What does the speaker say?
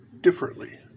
differently